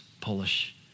Polish